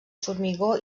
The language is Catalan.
formigó